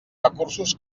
recursos